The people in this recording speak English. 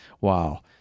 Wow